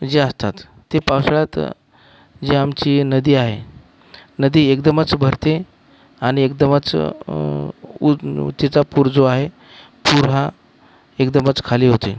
जे असतात ते पावसाळ्यात जी आमची नदी आहे नदी एकदमच भरते आणि एकदमच पू तिचा पूर जो आहे पुर हा एकदमच खाली होते